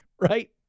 right